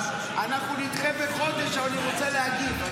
אנחנו נדחה בחודש, אבל אני רוצה להגיב.